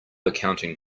accounting